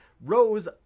Rose